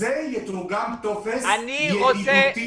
זה יתורגם לטופס ידידותי.